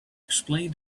explain